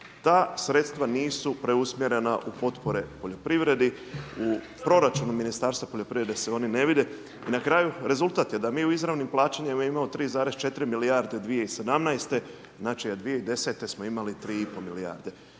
Ta sredstva nisu preusmjerena u potpore poljoprivredi, u proračunu Ministarstva poljoprivrede se oni ne vide i na kraju, rezultat je da mi u izravnom plaćanju imamo 3,4 milijarde 2017., znači a 2010. smo imali 3,5 milijarde.